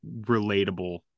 relatable